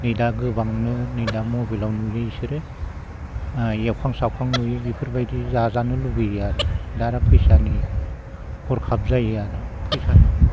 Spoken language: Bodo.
नै दा गोबांनो नै दा मबाइलाव नुयो इसोरो ओ एवखां सावखां नुयो बिफोरबायदि जाजानो लुगैयो आरो दा आरो फैसानि हरखाब जायो आरो फैसानि